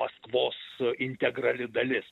maskvos integrali dalis